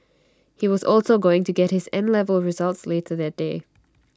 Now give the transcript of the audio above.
he was also going to get his N level results later that day